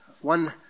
one